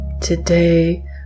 Today